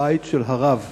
הבית של הרב